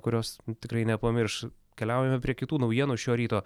kurios tikrai nepamirš keliaujame prie kitų naujienų šio ryto